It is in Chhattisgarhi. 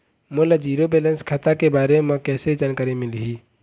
मोला जीरो बैलेंस खाता के बारे म कैसे जानकारी मिलही?